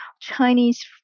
Chinese